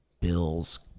Bill's